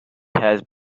has